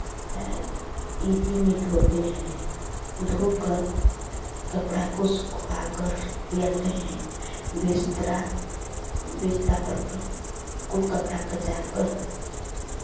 easy में धोते हैं धोकर कपड़ा को सुखवाकर ले आते हैं बिस्तरा बिस्तर पर का कुल कपड़ा का जाकर